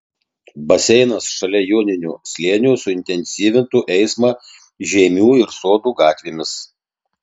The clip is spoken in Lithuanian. baseinas šalia joninių slėnio suintensyvintų eismą žeimių ir sodų gatvėmis